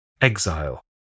Exile